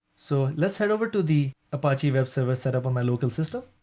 so let's head over to the apache web server set up on my local system